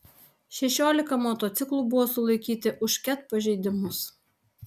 šešiolika motociklų buvo sulaikyti už ket pažeidimus